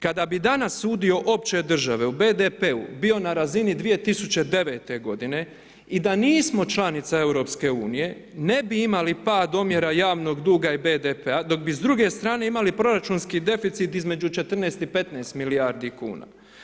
Kada bi danas udio opće države u BDP-u bio na razini 2009. godine i da nismo članica Europske unije, ne bi imali pad omjera javnog duga i BDP-a, dok bi s druge strane imali proračunski deficit između 14 i 15 milijardi kuna.